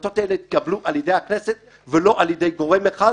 שההחלטות האלה יתקבלו על ידי הכנסת ולא על ידי גורם אחד,